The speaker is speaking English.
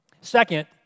Second